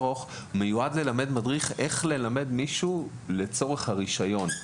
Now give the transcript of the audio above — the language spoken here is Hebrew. מיועד ללמד מדריך איך ללמד מישהו לצורך הרישיון.